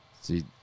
See